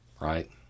right